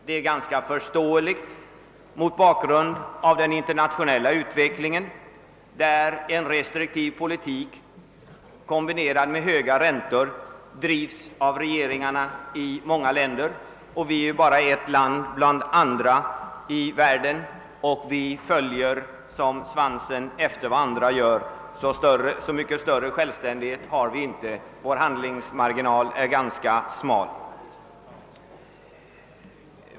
Det är förståeligt mot bakgrund av den internationella utvecklingen. En restriktiv politik, kombinerad med höga räntor, drivs av regeringarna i många länder. Sverige är ett litet land, och vi följer som svansen efter de andra. Vi har inte någon större handlingsfrihet, utan vår marginal är ganska smal.